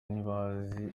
ntibazi